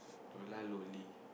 Lola Loli